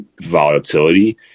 volatility